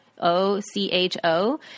O-C-H-O